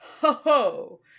ho-ho